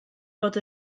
bod